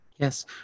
Yes